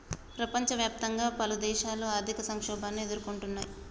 ప్రపంచవ్యాప్తంగా పలుదేశాలు ఆర్థిక సంక్షోభాన్ని ఎదుర్కొంటున్నయ్